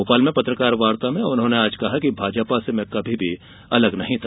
भोपाल में पत्रकार वार्ता में उन्होंने आज कहा कि मैं भाजपा से कभी भी अलग नहीं था